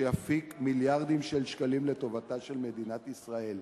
שיפיק מיליארדים של שקלים לטובתה של מדינת ישראל.